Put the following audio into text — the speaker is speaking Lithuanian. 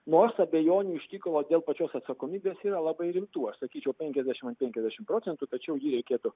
nors abejonių iš tikro dėl pačios atsakomybės yra labai rimtų aš sakyčiau penkiasdešimt ant penkiasdešimt procentų tačiau jį reikėtų